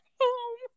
home